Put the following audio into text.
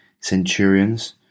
centurions